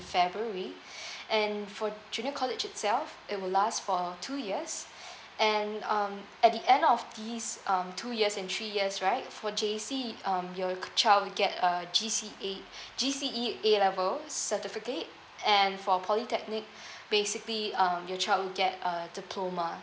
february and for junior college itself it will last for two years and um at the end of these um two years and three years right for J_C um your child will get a G C A G_C_E A level certificate and for polytechnic basically um your child get a diploma